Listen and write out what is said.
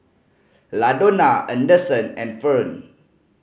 Ladonna Anderson and Fern